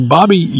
Bobby